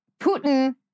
Putin